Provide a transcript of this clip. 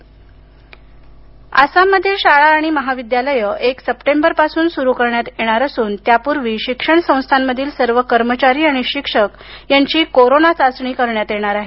Assam college आसाममधील शाळा आणि महाविद्यालय एक सप्टेंबरपासून सुरू करण्यात येणार असून त्यापूर्वी शिक्षणसंस्थामधील सर्व कर्मचारी आणि शिक्षक यांची कोरोना चाचणी करण्यात येणार आहे